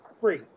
Free